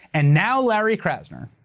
and now larry krasner,